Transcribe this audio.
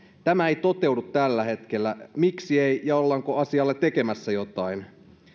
tämä ei toteudu tällä hetkellä miksi ei ja ollaanko asialle tekemässä jotain